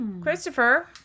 Christopher